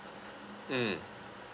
mm